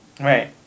Right